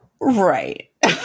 Right